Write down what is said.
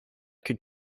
could